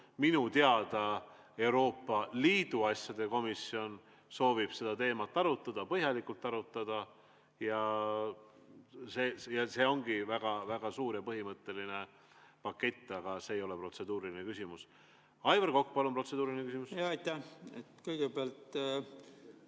Minu teada Euroopa Liidu asjade komisjon soovib seda teemat põhjalikult arutada. See ongi väga suur ja põhimõtteline pakett, aga see ei ole protseduuriline küsimus. Aivar Kokk, palun, protseduuriline küsimus! Aitäh! Kõigepealt,